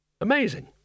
Amazing